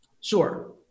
Sure